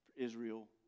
Israel